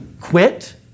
quit